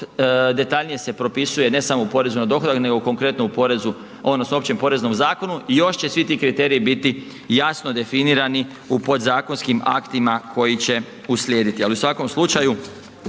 detaljnije se propisuje, ne samo u porezu na dohodak nego konkretno u porezu, odnosno Općem poreznom zakonu, još će svi ti kriteriji biti jasno definirani u podzakonskim aktima koji će uslijediti, ali u svakom slučaju,